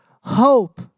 hope